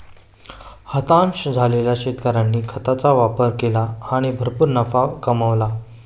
हताश झालेल्या शेतकऱ्याने खताचा वापर केला आणि भरपूर नफा कमावला